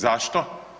Zašto?